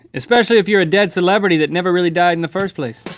especially if you're a dead celebrity that never really. died in the first place.